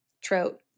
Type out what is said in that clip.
trout